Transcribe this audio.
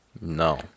No